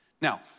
Now